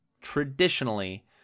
traditionally